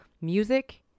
Music